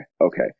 okay